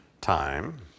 time